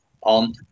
on